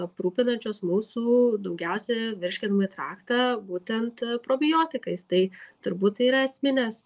aprūpinančios mūsų daugiausia virškinamąjį traktą būtent probiotikais tai turbūt tai yra esminės